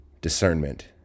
discernment